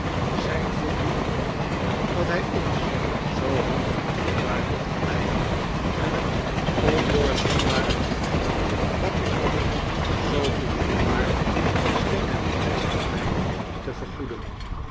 zijn voldoening dat hij ons zoo handig om den tuin had geleid en het ondoordringbare geheim van den koffer zoo goed had bewaard scheen hem al zijn pijr nen te vergoeden